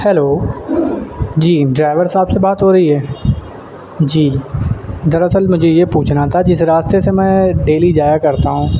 hello جی driver صاحب سے بات ہو رہی ہے جی در اصل مجھے یہ پوچھنا تھا جس راستے سے میں ڈیلی جایا کرتا ہوں